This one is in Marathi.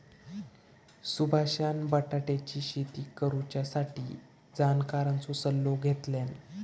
सुभाषान बटाट्याची शेती करुच्यासाठी जाणकारांचो सल्लो घेतल्यान